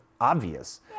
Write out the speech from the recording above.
obvious